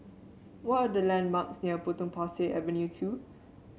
what are the landmarks near Potong Pasir Avenue two